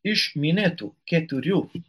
iš minėtų keturių